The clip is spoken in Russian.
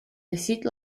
носить